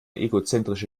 egozentrische